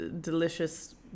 delicious